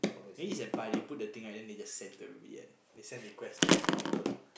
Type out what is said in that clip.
maybe is they buy they put the thing right then they just send to everybody one they send request to people lah